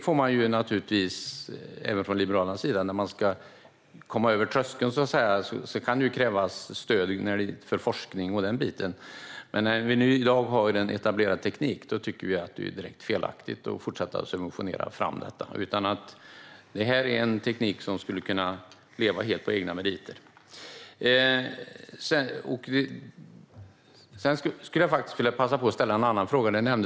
För att komma över tröskeln, så att säga, kan det ju krävas stöd till forskning och den biten. Men när vi i dag har en etablerad teknik tycker vi att det är direkt felaktigt att fortsätta att subventionera den, för det är en teknik som skulle kunna leva helt på egna meriter. Jag skulle vilja passa på att ställa en annan fråga.